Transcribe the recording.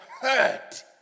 hurt